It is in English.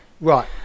Right